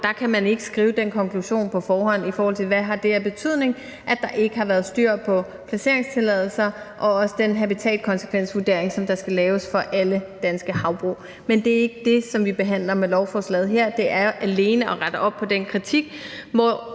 der kan man ikke skrive den konklusion på forhånd, altså i forhold til hvad det har af betydning, at der ikke har været styr på placeringstilladelser, og der er også den her habitatkonsekvensvurdering, der skal laves for alle danske havbrug. Men det er ikke det, som vi behandler med lovforslaget her; det er alene at rette op på den kritik fra